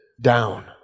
down